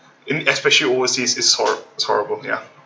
in especially overseas is horri~ it's horrible ya